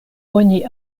oni